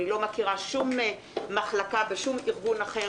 אני לא מכירה שום מחלקה בשום ארגון אחר